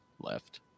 left